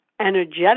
energetic